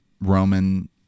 Roman